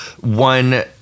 one